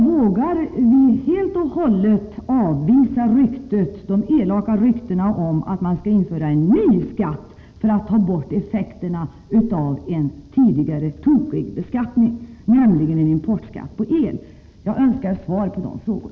Vågar vi helt och hållet avvisa de elaka ryktena om att det skall införas en ny skatt för att ta bort effekterna av en tokig tidigare beskattning, nämligen en importskatt på el? Jag önskar svar på dessa frågor.